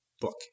book